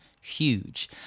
huge